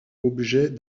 objet